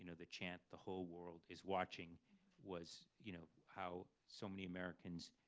you know the chant the whole world is watching was you know how so many americans